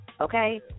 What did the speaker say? Okay